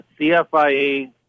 CFIA